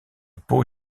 peau